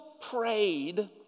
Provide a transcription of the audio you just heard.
prayed